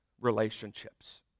relationships